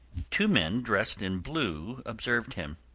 two men dressed in blue observed him.